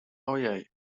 ojej